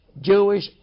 Jewish